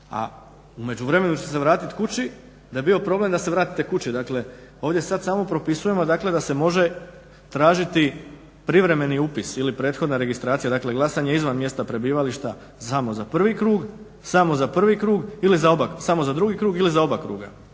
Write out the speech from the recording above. a u međuvremenu ćete se vratit kući, da je bio problem da se vratite kući. Dakle ovdje sad samo propisujemo dakle da se može tražiti privremeni upis ili prethodna registracija, dakle glasanje izvan mjesta prebivališta samo za prvi krug, samo za drugi krug ili za oba kruga.